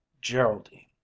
Geraldine